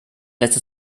lässt